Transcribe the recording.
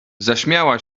zaśmiała